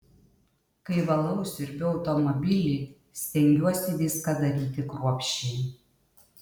kai valau siurbiu automobilį stengiuosi viską daryti kruopščiai